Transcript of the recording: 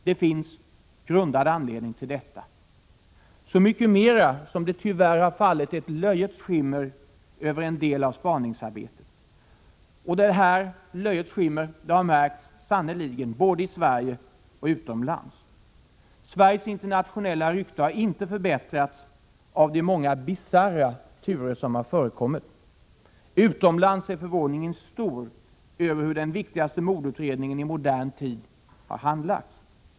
Det finns grundad anledning till detta, så mycket mera som det tyvärr har fallit ett löjets skimmer över en del av spaningsarbetet. Och detta löjets skimmer har märkts, sannerligen, både i Sverige och utomlands. Sveriges internationella rykte har inte förbättrats av de många bisarra turer som förekommit. Utomlands är förvåningen stor över hur den viktigaste mordutredningen i modern tid har handlagts.